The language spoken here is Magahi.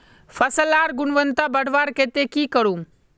फसल लार गुणवत्ता बढ़वार केते की करूम?